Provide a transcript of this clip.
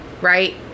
right